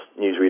newsreader